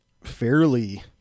fairly